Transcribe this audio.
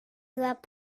dois